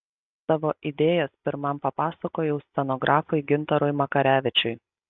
savo idėjas pirmam papasakojau scenografui gintarui makarevičiui